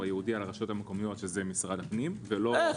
הייעודי על הרשויות המקומיות שזה משרד הפנים -- איך?